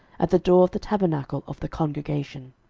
at the door of the tabernacle of the congregation.